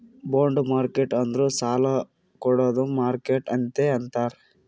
bond market ಅಂದುರ್ ಸಾಲಾ ಕೊಡ್ಡದ್ ಮಾರ್ಕೆಟ್ ಅಂತೆ ಅಂತಾರ್